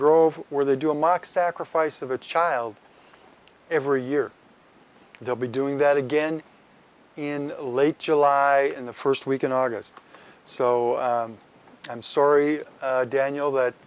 grove where they do a mock sacrifice of a child every year they'll be doing that again in late july in the first week in august so i'm sorry daniel that